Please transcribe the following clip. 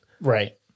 Right